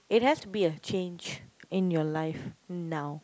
it has to be a change in your life now